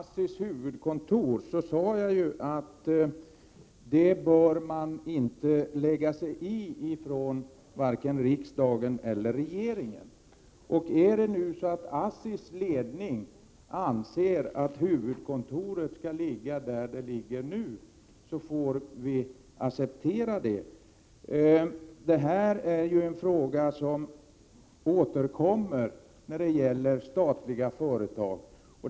Fru talman! Jag sade att varken riksdagen eller regeringen bör lägga sig i frågan om om huruvida ASSI:s huvudkontor skall flyttas. Om ASSI:s ledning anser att huvudkontoret skall ligga där det ligger nu får vi acceptera det. Den här typen av frågor återkommer då och då när det gäller statliga företag.